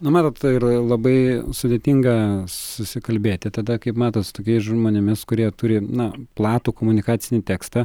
nu matot yra labai sudėtinga susikalbėti tada kaip matot su tokiais žmonėmis kurie turi na platų komunikacinį tekstą